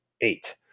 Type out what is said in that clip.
eight